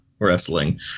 wrestling